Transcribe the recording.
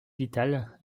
vitale